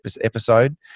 episode